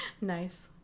Nice